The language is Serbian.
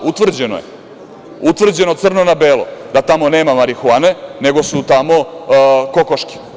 Utvrđeno crno na belo, da tamo nema marihuane, nego su tamo kokoške.